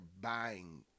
buying